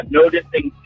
noticing